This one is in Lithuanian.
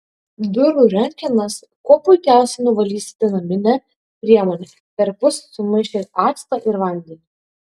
durų rankenas kuo puikiausiai nuvalysite namine priemone perpus sumaišę actą ir vandenį